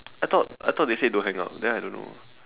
I thought I thought they said don't hang up then I don't know